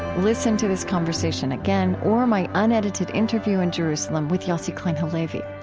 listen to this conversation again or my unedited interview in jerusalem with yossi klein halevi.